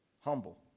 humble